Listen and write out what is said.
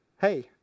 hey